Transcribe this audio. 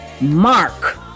Mark